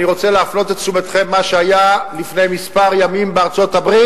אני רוצה להפנות את תשומת לבכם למה שהיה לפני כמה ימים בארצות-הברית,